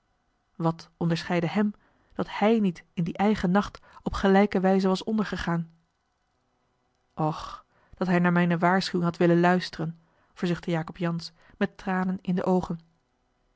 wat onderscheidde hem dat hij niet in dien eigen nacht op gelijke wijze was ondergegaan och dat hij naar mijne waarschuwing had willen luisteren verzuchtte jacob jansz met tranen in de oogen